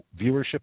viewership